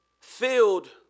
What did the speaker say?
Filled